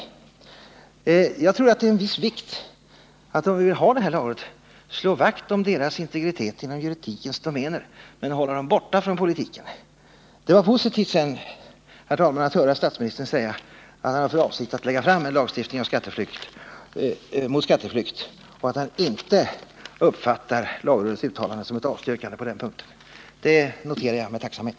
Jag tror att det, om man vill ha det här lagrådet kvar, är av viss vikt att slå vakt om dess integritet inom juridikens domäner men hålla rådet borta från politiken. Det är positivt, herr talman, att höra statsministern säga att han har för avsikt att lägga fram förslag om en lagstiftning mot skatteflykten och att han inte uppfattar lagrådets uttalande som avstyrkande på den punkten. Det noterar jag med tacksamhet.